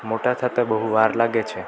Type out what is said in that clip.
મોટાં થતાં બહું વાર લાગે છે